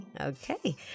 Okay